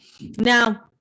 Now